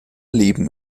leben